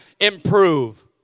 improve